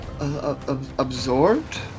absorbed